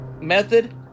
method